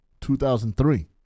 2003